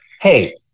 hey